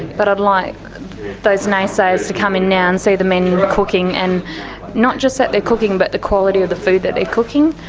but i'd like those naysayers to come in now and see the men cooking, and not just that they are cooking but the quality of the food that they are cooking.